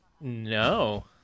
No